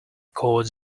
cords